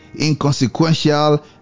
inconsequential